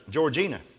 Georgina